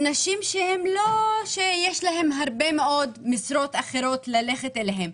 מדובר בנשים שאין להן הרבה משרות אחרות ללכת לעבוד בהן,